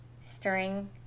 stirring